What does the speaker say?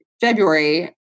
February